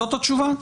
זאת התשובה?